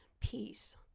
peace